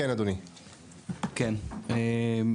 כן, אדוני.